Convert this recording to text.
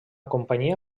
companyia